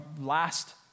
last